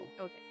Okay